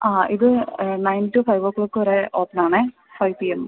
ആ ഇത് nine to five o'clock വരെ ഓപ്പണാണേ ഫൈവ് പി എം